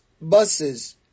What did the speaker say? buses